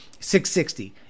660